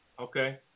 Okay